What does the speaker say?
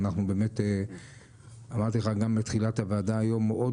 ואנחנו באמת אמרתי לך גם בתחילת הוועדה היום מאוד